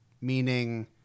meaning